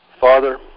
Father